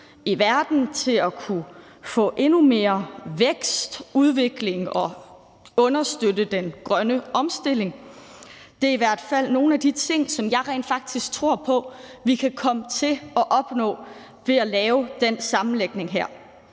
i verden, til at kunne få endnu mere vækst og udvikling og understøtte den grønne omstilling. Det er i hvert fald nogle af de ting, som jeg rent faktisk tror på vi kan komme til at opnå ved at lave den sammenlægning her.